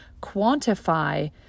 quantify